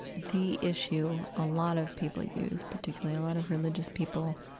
the issue a lot of people use, particularly a lot of religious people,